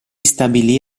stabilì